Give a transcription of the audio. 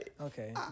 Okay